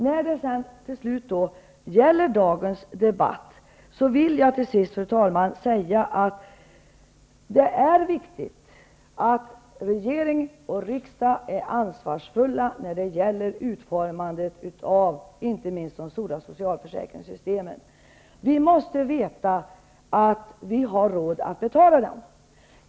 När det gäller dagens debatt vill jag slutligen säga, fru talman, att det är viktigt att regering och riksdag är ansvarsfulla när det gäller utformandet av inte minst de stora socialförsäkringssystemen. Vi måste veta att vi har råd att betala dem.